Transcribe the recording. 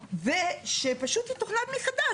ושפשוט תתוכנן מחדש,